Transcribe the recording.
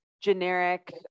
generic